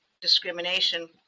discrimination